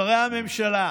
שרי הממשלה,